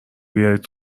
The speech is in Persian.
بیارین